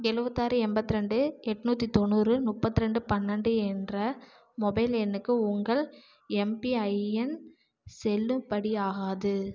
எழுவத்தாறு எம்பத்திரெண்டு எட்நூற்றி தொண்ணூறு முப்பத்ரெண்டு பன்னெரெண்டு என்ற மொபைல் எண்ணுக்கு உங்கள் எம்பிஐஎன் செல்லுபடியாகாது